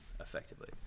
effectively